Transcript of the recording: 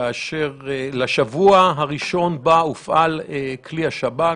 כאשר לשבוע הראשון שבו הופעל כלי השב"כ,